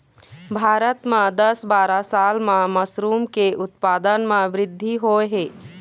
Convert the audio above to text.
भारत म दस बारा साल म मसरूम के उत्पादन म बृद्धि होय हे